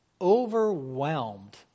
overwhelmed